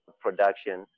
production